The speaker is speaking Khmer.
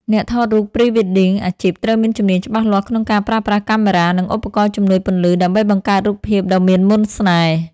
អ្នកថតរូប Pre-wedding អាជីពត្រូវមានជំនាញច្បាស់លាស់ក្នុងការប្រើប្រាស់កាមេរ៉ា និងឧបករណ៍ជំនួយពន្លឺដើម្បីបង្កើតរូបភាពដ៏មានមន្តស្នេហ៍។